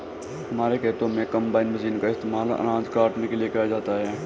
हमारे खेतों में कंबाइन मशीन का इस्तेमाल अनाज काटने के लिए किया जाता है